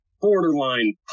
borderline